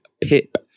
PIP